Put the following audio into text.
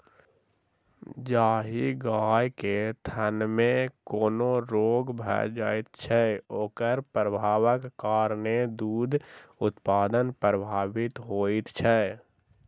जाहि गाय के थनमे कोनो रोग भ जाइत छै, ओकर प्रभावक कारणेँ दूध उत्पादन प्रभावित होइत छै